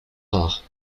rare